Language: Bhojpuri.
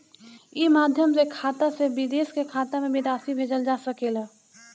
ई माध्यम से खाता से विदेश के खाता में भी राशि भेजल जा सकेला का?